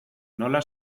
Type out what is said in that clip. nola